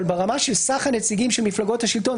אבל ברמה של סך הנציגים של מפלגות השלטון,